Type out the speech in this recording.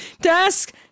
desk